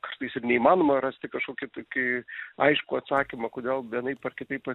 kartais ir neįmanoma rasti kažkokį tokį aiškų atsakymą kodėl vienaip ar kitaip